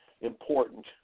important